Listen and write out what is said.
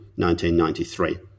1993